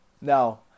Now